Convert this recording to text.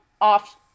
off